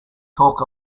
talk